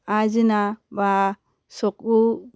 আৰ্জিনা বা চকু